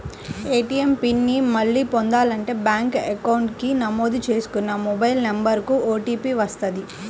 ATM PIN ని మళ్ళీ పొందాలంటే బ్యేంకు అకౌంట్ కి నమోదు చేసుకున్న మొబైల్ నెంబర్ కు ఓటీపీ వస్తది